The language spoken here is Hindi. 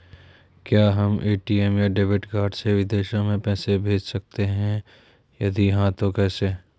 क्या हम ए.टी.एम या डेबिट कार्ड से विदेशों में पैसे भेज सकते हैं यदि हाँ तो कैसे?